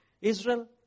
Israel